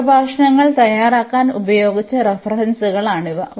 ഈ പ്രഭാഷണങ്ങൾ തയ്യാറാക്കാൻ ഉപയോഗിക്കുന്ന റഫറൻസുകളാണ് ഇവ